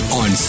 on